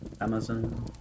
Amazon